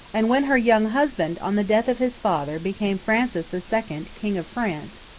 and when her young husband, on the death of his father, became francis the second, king of france,